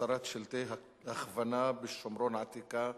הסרת שלטי הכוונה בשומרון העתיקה,